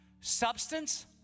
Substance